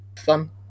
fun